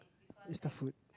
is the food